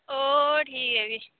ओ ठीक ऐ फ्ही